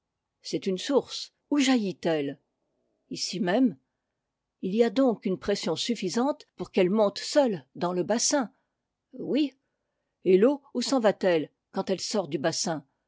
c'est une source où jaillit elle ici même il y a donc une pression suffisante pour qu'elle monte seule dans le bassin oui et l'eau où s'en va-t-elle quand elle sort du bassin